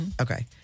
Okay